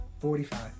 forty-five